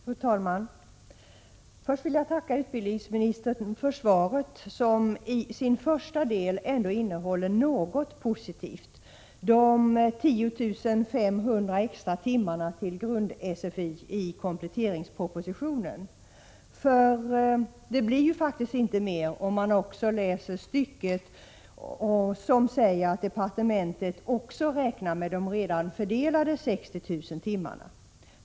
Fru talman! Först vill jag tacka utbildningsministern för svaret, som i sin första del ändå innehåller något positivt — de 10 500 extra timmarna till grund-SFI i kompletteringspropositionen. Man finner att det ju faktiskt inte blir mer, om man också läser stycket som säger att departementet även räknar med de redan fördelade 60 000 timmarna.